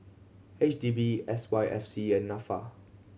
H D B S Y F C and Nafa